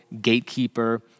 gatekeeper